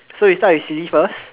so we start with silly first